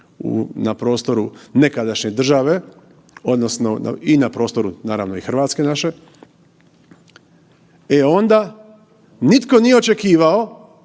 na prostoru nekadašnje države odnosno i na prostoru naravno i RH naše, e onda nitko nije očekivao,